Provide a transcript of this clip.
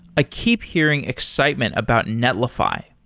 i keep hearing excitement about netlify.